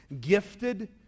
gifted